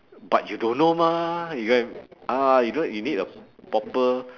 but you don't know mah you get what I ah you know you need a proper